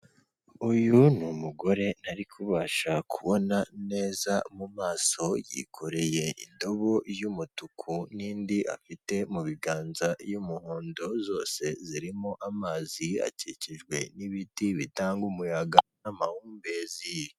Uyu ni umugore ntari kubasha kubona neza mu maso yikoreye indobo y'umutuku n'indi afite mu biganza y'umuhondo, zose zirimo amazi akikijwe n'ibiti bitanga umuyaga n'amahumbezi.